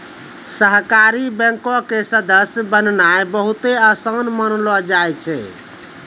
सहकारी बैंको के सदस्य बननाय बहुते असान मानलो जाय छै